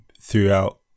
throughout